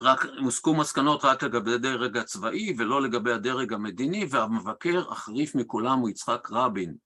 רק הוסקו מסקנות רק לגבי הדרג הצבאי ולא לגבי הדרג המדיני והמבקר החריף מכולם הוא יצחק רבין